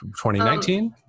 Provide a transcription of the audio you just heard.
2019